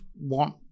want